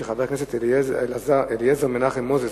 של חבר הכנסת אליעזר מנחם מוזס.